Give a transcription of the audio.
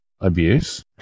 abuse